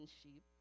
sheep